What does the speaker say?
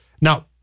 now